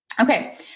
Okay